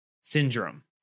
syndrome